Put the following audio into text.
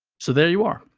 so, there you are,